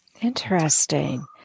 Interesting